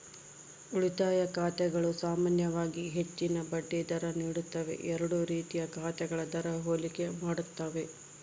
ಉಳಿತಾಯ ಖಾತೆಗಳು ಸಾಮಾನ್ಯವಾಗಿ ಹೆಚ್ಚಿನ ಬಡ್ಡಿ ದರ ನೀಡುತ್ತವೆ ಎರಡೂ ರೀತಿಯ ಖಾತೆಗಳ ದರ ಹೋಲಿಕೆ ಮಾಡ್ತವೆ